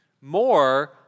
more